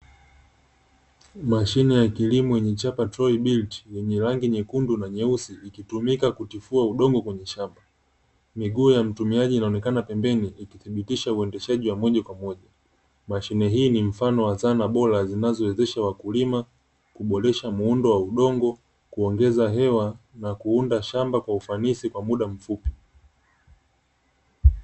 Mashine ya kilimo ni chapa "toy birti" yenye rangi nyekundu na nyeusi ikitumika kutifua udongo kwenye shamba, miguu ya mtumiaji inaonekana pembeni ikithibitisha uendeshaji wa moja kwa moja mashine hii ni mfano wa dhana bora zinazowezesha wakulima, kuboresha muundo wa udongo kuongeza hewa na kuunda shamba kwa ufanisi kwa muda mfupi.